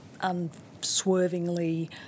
unswervingly